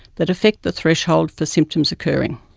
that affect the threshold for symptoms occurring.